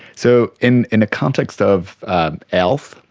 so in in a context of health,